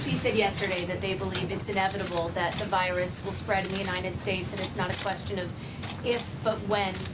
said yesterday that they believe it's inevitable that the virus will spread in the united states, and it's not a question of if but when.